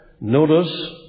notice